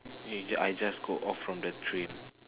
I j~ I just go off from the train